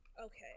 okay